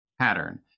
pattern